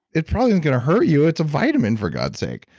it probably isn't going to hurt you. it's a vitamin for god sake.